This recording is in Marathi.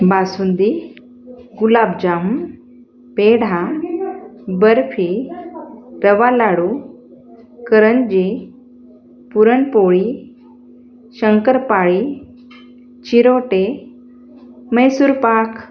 बासुंदी गुलाबजाम पेढा बर्फी रवा लाडू करंजी पुरणपोळी शंकरपाळी चिरोटे म्हैसूर पाक